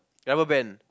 rubberband